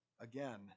Again